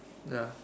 yeah